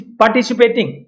participating